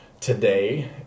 today